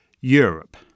Europe